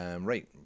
right